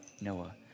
Noah